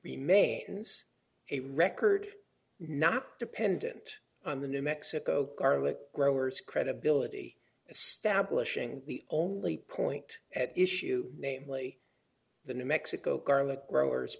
remains a record not dependent on the new mexico garlic growers credibility establishing the only point at issue namely the new mexico garlic growers